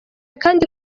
kandi